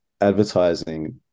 advertising